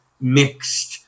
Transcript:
mixed